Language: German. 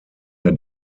der